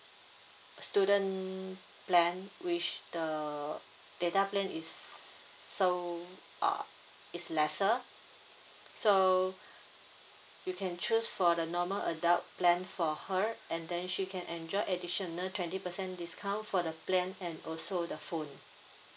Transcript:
student plan which the data plan is so uh is lesser so you can choose for the normal adult plan for her and then she can enjoy additional twenty percent discount for the plan and also the phone